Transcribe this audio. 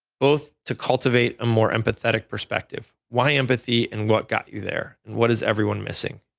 both to cultivate a more empathetic perspective, why empathy and what got you there, and what is everyone missing?